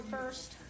first